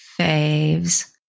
faves